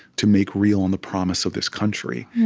to make real on the promise of this country,